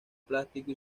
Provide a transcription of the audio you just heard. plástico